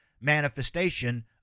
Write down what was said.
manifestation